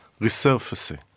resurfacing